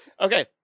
Okay